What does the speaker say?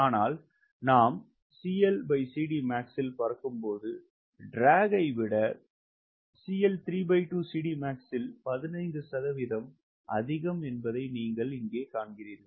ஆனால் நாம் இல் பறக்கும் போது இருக்கும் ட்ராக்கை விட இல் 15 சதவீதம் அதிகம் என்பதை நீங்கள் இங்கே காண்கிறீர்கள்